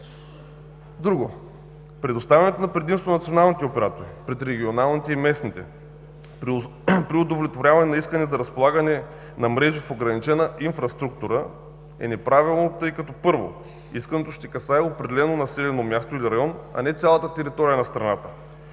Друго – предоставянето на предимство на националните оператори пред регионалните и местните при удовлетворяване на искания за разполагане на мрежи в ограничена инфраструктура е неправилно, тъй като, първо, искането ще касае определено населено място или район, а не цялата територия на страната.